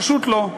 פשוט לא.